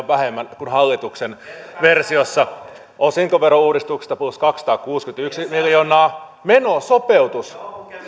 vähemmän kuin hallituksen versiossa osinkoverouudistuksesta plus kaksisataakuusikymmentäyksi miljoonaa menosopeutus